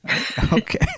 Okay